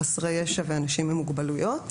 חסרי ישע ואנשים עם מוגבלויות.